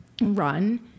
run